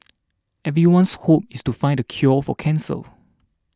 everyone's hope is to find the cure for cancer